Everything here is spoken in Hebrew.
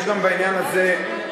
יש גם בעניין הזה שינויים.